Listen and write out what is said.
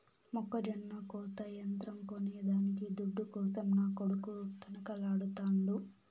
మొక్కజొన్న కోత యంత్రం కొనేదానికి దుడ్డు కోసం నా కొడుకు తనకలాడుతాండు